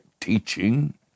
teaching